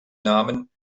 namen